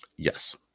Yes